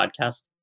podcast